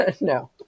No